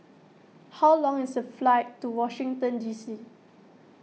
how long is the flight to Washington D C